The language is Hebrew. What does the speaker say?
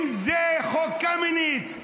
אם זה חוק קמיניץ,